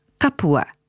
kapua